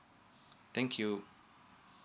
thank you